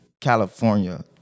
California